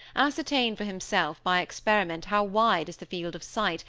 ascertain for himself by experiment how wide is the field of sight,